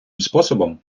способом